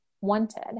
wanted